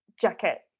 jacket